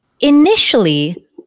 Initially